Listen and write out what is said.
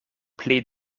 pli